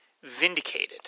vindicated